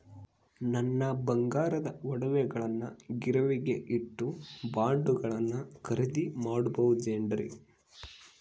ನನ್ನ ಬಂಗಾರದ ಒಡವೆಗಳನ್ನ ಗಿರಿವಿಗೆ ಇಟ್ಟು ಬಾಂಡುಗಳನ್ನ ಖರೇದಿ ಮಾಡಬಹುದೇನ್ರಿ?